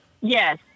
Yes